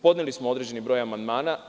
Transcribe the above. Podneli smo određeni broj amandmana.